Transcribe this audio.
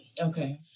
Okay